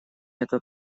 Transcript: это